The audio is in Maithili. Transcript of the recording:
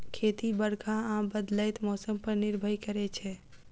खेती बरखा आ बदलैत मौसम पर निर्भर करै छै